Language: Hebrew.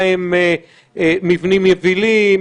מהם מבנים יבילים,